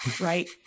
right